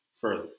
further